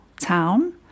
town